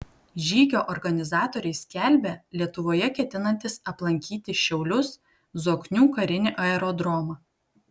žygio organizatoriai skelbia lietuvoje ketinantys aplankyti šiaulius zoknių karinį aerodromą